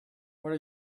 what